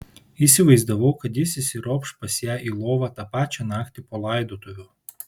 įsivaizdavau kad jis įsiropš pas ją į lovą tą pačią naktį po laidotuvių